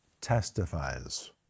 testifies